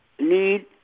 need